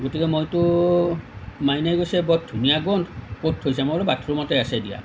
গতিকে মইটো মাইনাই কৈছে বৰ ধুনীয়া গোন্ধ ক'ত থৈছা মই বোলো বাথৰুমতে আছে দিয়া